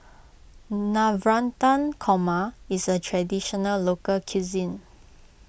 Navratan Korma is a Traditional Local Cuisine